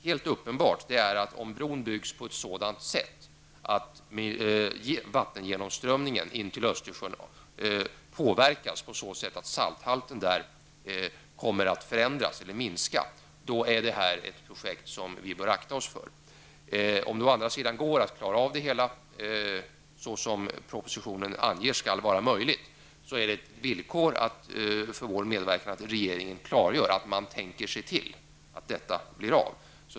Helt uppenbart är ändå att om bron byggs på ett sådant sätt att vattengenomströmningen in till Östersjön påverkas så att salthalten där kommer att förändras, då är detta ett projekt vi bör akta oss för. Om det å andra sidan går att klara av det hela så som propositionen anger skall vara möjligt, är ett villkor för vår medverkan att regeringen klargör att man tänker se till att detta blir av.